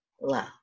love